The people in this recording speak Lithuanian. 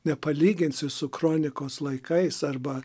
nepalyginsi su kronikos laikais arba